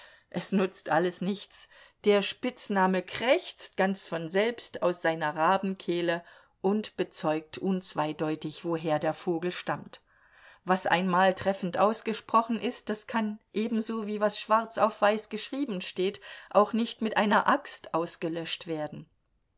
es nutzt alles nichts der spitzname krächzt ganz von selbst aus seiner rabenkehle und bezeugt unzweideutig woher der vogel stammt was einmal treffend ausgesprochen ist das kann ebenso wie was schwarz auf weiß geschrieben steht auch nicht mit einer axt ausgelöscht werden